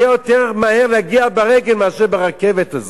יהיה יותר מהר להגיע ברגל מאשר ברכבת הזאת.